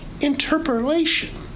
interpolation